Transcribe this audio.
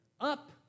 Up